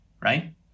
right